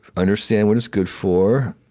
understand what it's good for,